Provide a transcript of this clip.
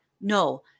no